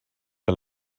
que